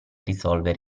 risolvere